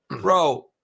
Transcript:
Bro